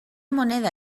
moneda